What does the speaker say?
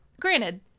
granted